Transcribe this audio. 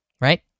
Right